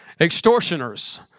Extortioners